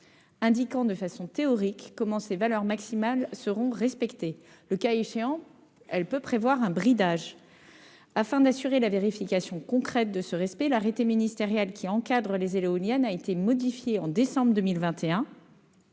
indiquant de façon théorique comment ces valeurs maximales seront respectées. Le cas échéant, elle peut prévoir un bridage. Afin d'assurer la vérification concrète de ce respect, l'arrêté ministériel qui encadre les éoliennes a été modifié au mois de décembre 2021